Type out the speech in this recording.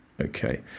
Okay